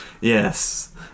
yes